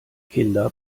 kinder